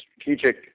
strategic